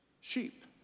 sheep